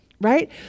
right